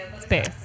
space